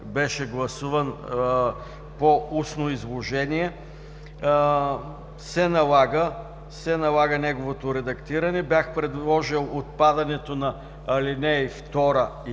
беше гласуван по устно изложение, се налага неговото редактиране. Бях предложил отпадането на ал. 2 и 3.